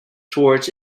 towards